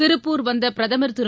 திருப்பூர் வந்த பிரதமர் திரு